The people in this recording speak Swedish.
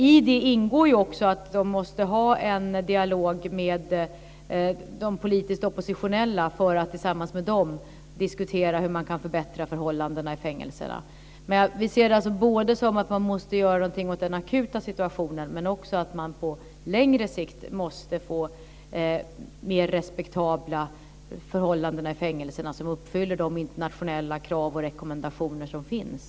I det ingår också att de måste ha en dialog med de politiskt oppositionella för att tillsammans med dem diskutera hur man kan förbättra förhållandena i fängelserna. Vi ser det som att både göra någonting åt den akuta situationen men också att på längre sikt få mer respektabla förhållanden i fängelserna som uppfyller de internationella krav och rekommendationer som finns.